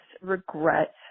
regret